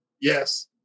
yes